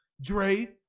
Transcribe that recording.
Dre